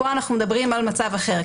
פה אנחנו מדברים על מצב אחר.